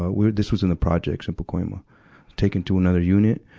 uh we're, this was in the projects, in pacoima taken to another unit.